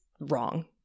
wrong